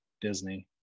disney